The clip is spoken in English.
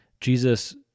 Jesus